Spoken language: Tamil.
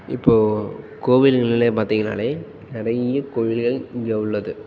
இப்போது கோவில்களிலே பார்த்திங்கனாலே நிறைய கோவில்கள் இங்கே உள்ளது